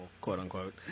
quote-unquote